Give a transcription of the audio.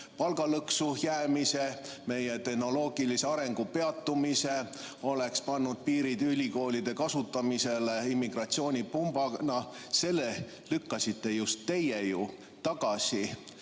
palgalõksu jäämise, meie tehnoloogilise arengu peatumise, oleks pannud piirid ülikoolide kasutamisele immigratsioonipumbana – selle lükkasite just teie tagasi.